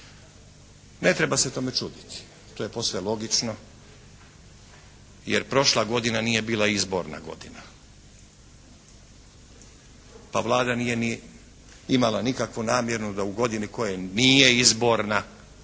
Ne treba se tome čuditi. To je posve logično jer prošla godina nije bila izborna godina, pa Vlada nije ni imala nikakvu namjeru da u godini koja nije izborna